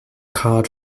card